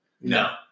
No